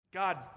God